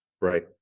right